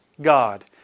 God